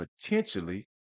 potentially